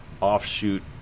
offshoot